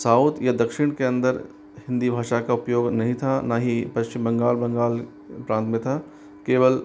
south या दक्षिण के अंदर हिंदी भाषा का उपयोग नहीं था न ही पश्चिम बंगाल बंगाल प्रांत में था केवल